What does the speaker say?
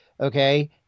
okay